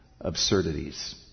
absurdities